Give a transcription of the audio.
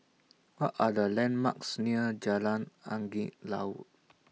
What Are The landmarks near Jalan Angin Laut